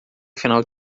final